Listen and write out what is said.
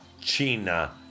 China